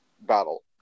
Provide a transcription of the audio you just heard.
battle